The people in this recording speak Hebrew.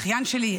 האחיין שלי,